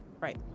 right